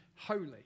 holy